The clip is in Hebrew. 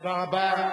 תודה רבה.